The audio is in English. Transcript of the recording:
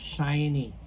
Shiny